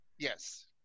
Yes